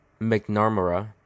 McNamara